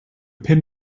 pin